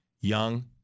young